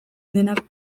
denak